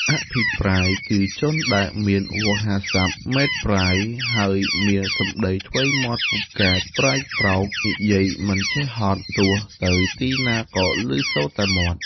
អភិប្រាយ គឺជនដែលមានវោហារសព្ទម៉េតប្រាយ និងមានសម្ដីថ្វីមាត់ពូកែប្រាជ្ញប្រោក និយាយមិនចេះហត់ ទោះទៅទីណាក៏ឮសូរតែមាត់ ។